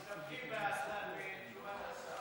מסתפקים בתשובת השר.